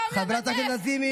חברת הכנסת לזימי,